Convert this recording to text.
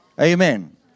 Amen